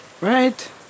Right